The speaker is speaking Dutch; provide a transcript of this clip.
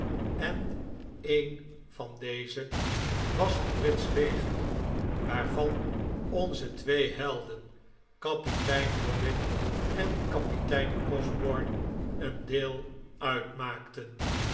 en een van deze was een britsch leger waarvan onze twee helden kapitein dobbin en kapitein osborne een deel uitmaakten